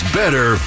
better